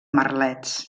merlets